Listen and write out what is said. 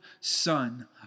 son